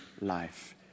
life